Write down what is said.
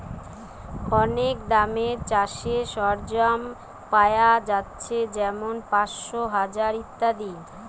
অনেক দামে চাষের সরঞ্জাম পায়া যাচ্ছে যেমন পাঁচশ, হাজার ইত্যাদি